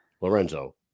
Lorenzo